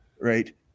right